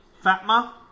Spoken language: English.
Fatma